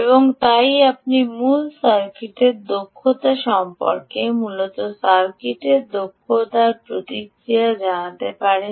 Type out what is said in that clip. এবং তাই আপনি মূলত সার্কিটের দক্ষতা সম্পর্কে মূলত সার্কিটের দক্ষতার প্রতিক্রিয়া জানাতে পারেন